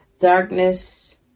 darkness